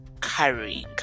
carrying